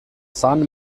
sun